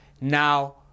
Now